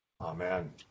Amen